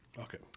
Okay